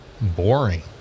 boring